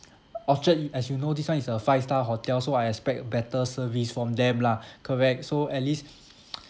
orchard as you know this one is a five star hotel so I expect better service from them lah correct so at least